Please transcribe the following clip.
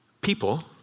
people